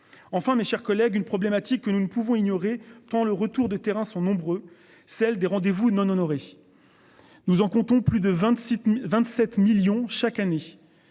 Enfin, mes chers collègues. Une problématique que nous ne pouvons ignorer tant le retour de terrain sont nombreux, celle des rendez-vous non honorés. Nous en comptons plus de 26, 27 millions chaque année